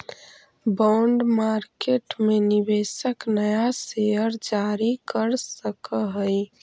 bond market में निवेशक नया शेयर जारी कर सकऽ हई